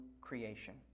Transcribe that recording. creation